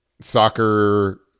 soccer